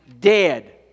dead